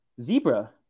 Zebra